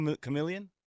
Chameleon